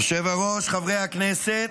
היושב-ראש, חברי הכנסת,